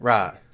Right